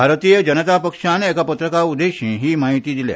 भारतीय जनता पक्षान एका पत्रका उदेशी ही म्हायती दिल्या